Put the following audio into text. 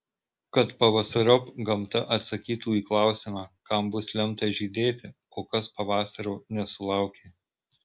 kad pavasariop gamta atsakytų į klausimą kam bus lemta žydėti o kas pavasario nesulaukė